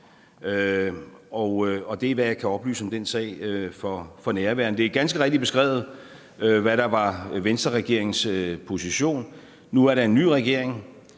og det er, hvad jeg kan oplyse om den sag for nærværende. Det er ganske rigtigt beskrevet, hvad der var Venstreregeringens position. Nu er der en ny regering,